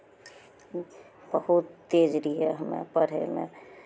बहुत तेज रहियै हमे पढ़ैमे